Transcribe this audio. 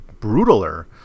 brutaler